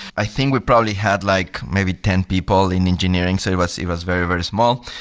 i think we probably had like maybe ten people in engineering. so it was it was very, very small.